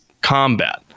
combat